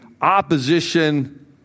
opposition